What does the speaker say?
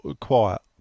quiet